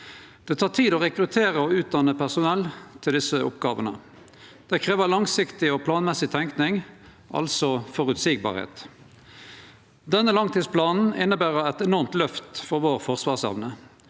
Det tek tid å rekruttere og utdanne personell til desse oppgåvene. Det krev langsiktig og planmessig tenking – altså føreseielegheit. Denne langtidsplanen inneber eit enormt løft for forsvarsevna